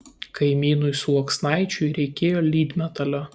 kaimynui sluoksnaičiui reikėjo lydmetalio